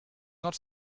not